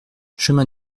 chemin